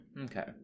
Okay